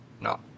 No